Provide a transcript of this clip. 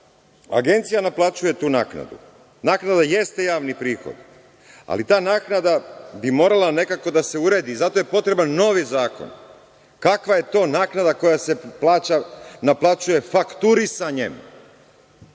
agencija naplaćuje tu naknadu, a naknada jeste javni prihod, ali ta naknada bi morala nekako da se uredi i zato je potreban novi zakon. Kakva je to naknada koja se naplaćuje fakturisanjem? Ima